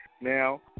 Now